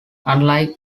unlike